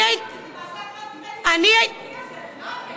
פרגנת ואמרת, מה זה?